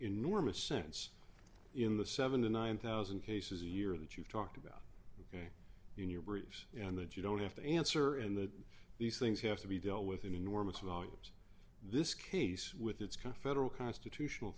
enormous sense in the seven to nine thousand cases a year that you've talked about ok in your briefs and that you don't have to answer in that these things have to be dealt with in enormous volumes this case with its kind of federal constitutional